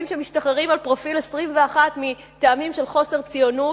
שמשתחררים על פרופיל 21 מטעמים של חוסר ציונות,